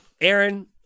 Aaron